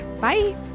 Bye